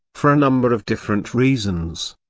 for a number of different reasons,